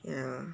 ya